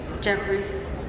Jeffries